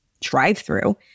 drive-through